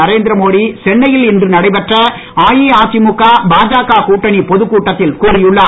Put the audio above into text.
நரேந்திரமோடி சென்னையில் இன்று நடைபெற்ற அஇஅதிமுக பாஜக கூட்டணி பொதுக் கூட்டத்தில் கூறியுள்ளார்